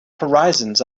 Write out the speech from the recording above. horizons